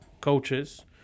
coaches